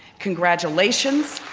congratulations.